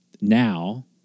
now